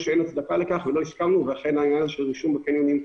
אין שום היגיון מעבר